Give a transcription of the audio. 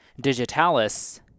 digitalis